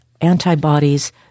antibodies